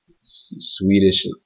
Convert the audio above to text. Swedish